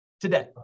today